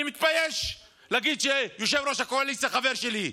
אני מתבייש להגיד שיושב-ראש הקואליציה חבר שלי,